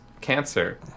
cancer